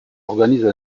organise